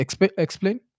explain